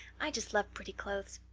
i just love pretty clothes.